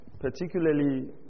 particularly